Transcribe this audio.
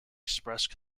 expressed